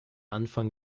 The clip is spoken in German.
anfang